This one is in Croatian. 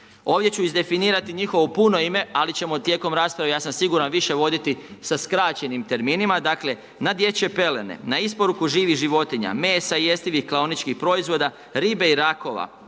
ovdje ću izdefinirati njihovo puno ime ali ćemo tijekom rasprave, ja sam siguran više voditi sa skraćenim terminima, dakle na dječje pelene, na isporuku živih životinja, mesa i jestivih klaoničkih proizvoda, ribe i rakova,